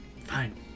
Fine